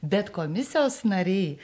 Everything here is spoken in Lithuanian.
bet komisijos nariai